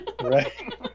Right